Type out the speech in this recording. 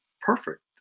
perfect